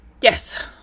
Yes